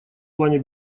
плане